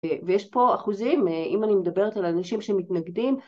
ויש פה אחוזים, אם אני מדברת על אנשים שמתנגדים...